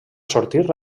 sortir